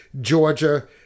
Georgia